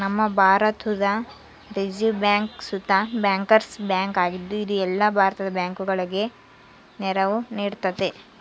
ನಮ್ಮ ಭಾರತುದ್ reserve bank ಸುತ ಬ್ಯಾಂಕರ್ಸ್ ಬ್ಯಾಂಕ್ ಆಗಿದ್ದು, ಇದು ಎಲ್ಲ ಭಾರತದ ಬ್ಯಾಂಕುಗುಳಗೆ ನೆರವು ನೀಡ್ತತೆ